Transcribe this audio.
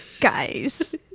Guys